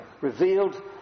revealed